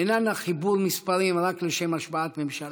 אחדות פוליטית איננה חיבור מספרים רק לשם השבעת ממשלה.